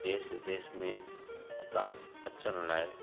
देश विदेश में हुतां अचण लाइ